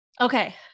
Okay